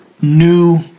new